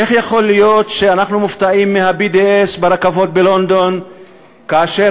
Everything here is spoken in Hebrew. איך יכול להיות שאנחנו מופתעים מה-BDS ברכבות בלונדון כאשר